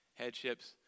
Headships